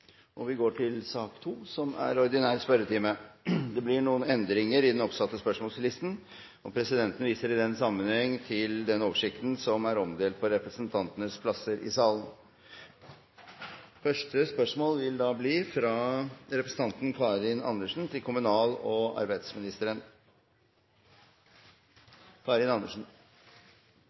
og vi går over til den ordinære spørretimen. Det blir noen endringer i den oppsatte spørsmålslisten, og presidenten viser i den sammenheng til den oversikten som er omdelt på representantenes plasser i salen. De foreslåtte endringer foreslås godkjent. – Det anses vedtatt. Endringene var som følger: Spørsmål 1, fra representanten Snorre Serigstad Valen til